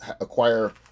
acquire